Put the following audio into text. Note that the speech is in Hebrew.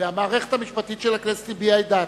והמערכת המשפטית של הכנסת הביעה את דעתה,